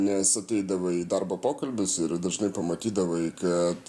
nes ateidavai į darbo pokalbius ir dažnai pamatydavai kad